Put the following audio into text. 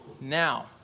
Now